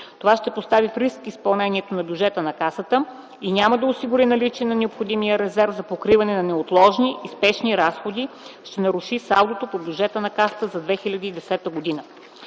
Това ще постави в риск изпълнението на бюджета на Касата и няма да осигури наличие на необходимия резерв за покриване на неотложни и спешни разходи, ще наруши салдото по бюджета на НЗОК за 2010 г.